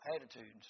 attitudes